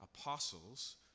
apostles